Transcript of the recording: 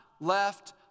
left